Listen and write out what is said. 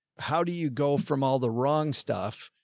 how do you go from all the wrong stuff?